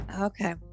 Okay